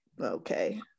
Okay